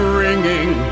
ringing